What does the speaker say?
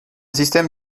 système